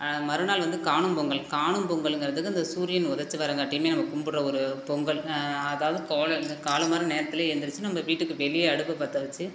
மறுநாள் வந்து காணும் பொங்கல் காணும் பொங்கலுங்கிறதுக்கு இந்த சூரியன் உதிச்சு வர்றங்காட்டியுமே நம்ம கும்பிட்ற ஒரு பொங்கல் அதாவது கோல காலம்பர நேரத்திலையே எழுந்திரிச்சி நம்ப வீட்டுக்கு வெளியே அடுப்பை பற்ற வெச்சு